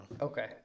Okay